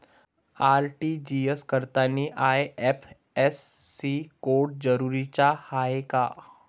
RTGS करतांनी IFSC code जरुरीचा हाय का?